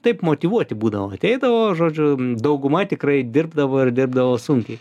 taip motyvuoti būdavo ateidavo žodžiu dauguma tikrai dirbdavo ir dirbdavo sunkiai